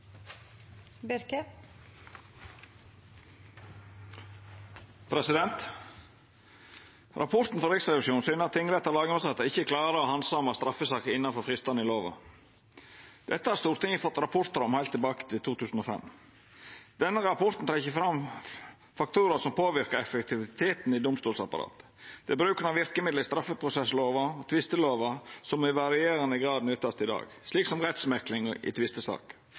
Rapporten frå Riksrevisjonen syner at tingrettar og lagmannsrettar ikkje klarar å handsama straffesaker innanfor fristane i lova. Dette har Stortinget fått rapportar om heilt tilbake til 2005. Denne rapporten trekkjer fram faktorar som påverkar effektiviteten i domstolsapparatet. Det er bruken av verkemiddel i straffeprosesslova og tvistelova som i varierande grad vert nytta i dag, slik som rettsmekling i